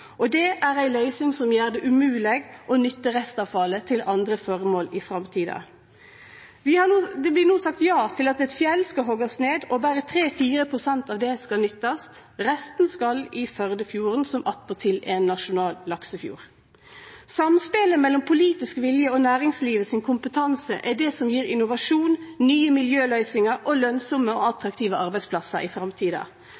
og det er ei løysing som gjer det umogleg å nytte restavfallet til andre føremål i framtida. Det blir no sagt ja til at eit fjell skal hoggast ned, og berre 3–4 pst. av det skal nyttast. Resten skal i Førdefjorden, som attpåtil er nasjonal laksefjord. Samspelet mellom politisk vilje og næringslivet sin kompetanse er det som gjev innovasjon, nye miljøløysingar og lønsame og